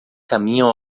caminham